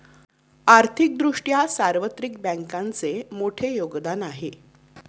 आर्थिक दृष्ट्या सार्वत्रिक बँकांचे मोठे योगदान आहे